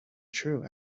true